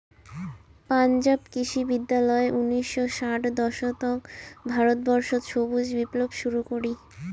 পাঞ্জাব কৃষি বিশ্ববিদ্যালয় উনিশশো ষাট দশকত ভারতবর্ষত সবুজ বিপ্লব শুরু করি